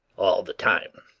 all the time.